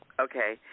Okay